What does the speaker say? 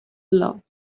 loved